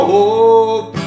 Hope